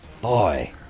Boy